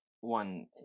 one